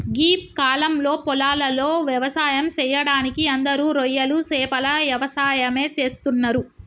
గీ కాలంలో పొలాలలో వ్యవసాయం సెయ్యడానికి అందరూ రొయ్యలు సేపల యవసాయమే చేస్తున్నరు